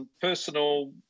personal